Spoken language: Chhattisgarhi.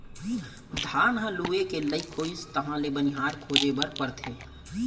धान ह लूए के लइक होइस तहाँ ले बनिहार खोजे बर परथे